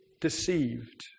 deceived